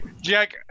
Jack